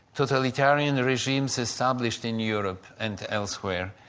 totalitarian regimes established in europe and elsewhere,